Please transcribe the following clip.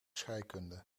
scheikunde